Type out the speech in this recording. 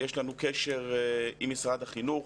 יש לנו קשר עם משרד החינוך,